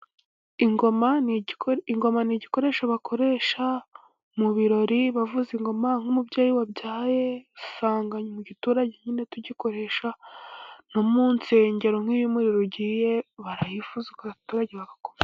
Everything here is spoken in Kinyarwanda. Ingoma ni igikoresho bakoresha mu birori bavuza ingoma nk'umubyeyi wabyaye .usanga mu giturage nyine tugikoresha . No mu nsengero nk'iyo umuriro wagiye barayivuza, abaturage bagako